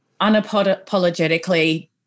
unapologetically